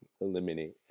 eliminate